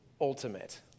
ultimate